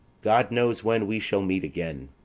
god knows when we shall meet again.